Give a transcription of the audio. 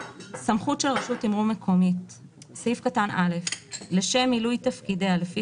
"סמכות של רשות תימרור מקומית 29. (א)לשם מילוי תפקידיה לפי